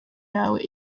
yawe